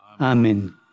Amen